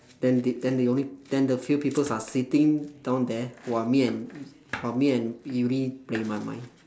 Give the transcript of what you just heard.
then they then they only then the few people are sitting down there who are me and who are me and yuri playing my mind